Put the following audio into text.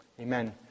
Amen